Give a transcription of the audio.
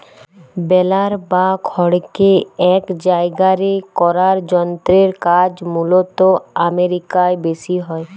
বেলার বা খড়কে এক জায়গারে করার যন্ত্রের কাজ মূলতঃ আমেরিকায় বেশি হয়